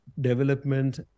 development